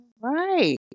right